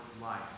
life